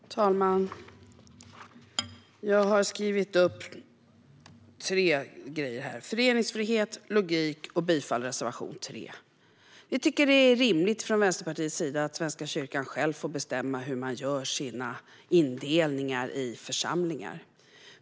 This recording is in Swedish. Herr talman! Jag har skrivit upp tre saker här: föreningsfrihet, logik och bifall till reservation 3. Vi i Vänsterpartiet tycker att det är rimligt att Svenska kyrkan själv får bestämma hur man gör sina indelningar i församlingar.